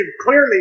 clearly